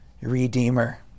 redeemer